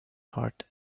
heart